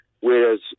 whereas